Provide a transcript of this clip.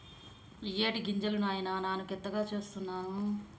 ఇయ్యేటి గింజలు నాయిన నాను కొత్తగా సూస్తున్నాను